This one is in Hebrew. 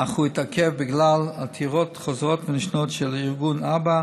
אך הוא התעכב בגלל עתירות חוזרות ונשנות של ארגון א.ב.א